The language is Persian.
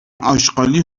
آشغالی